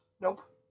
Nope